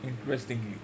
Interestingly